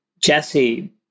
Jesse